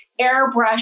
airbrush